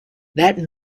that